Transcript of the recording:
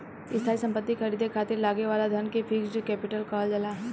स्थायी सम्पति के ख़रीदे खातिर लागे वाला धन के फिक्स्ड कैपिटल कहल जाला